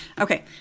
okay